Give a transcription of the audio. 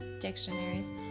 dictionaries